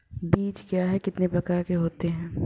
बीज क्या है और कितने प्रकार के होते हैं?